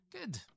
Good